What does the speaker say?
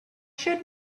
should